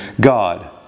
God